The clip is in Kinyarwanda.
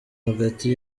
hagati